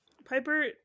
Piper